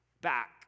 back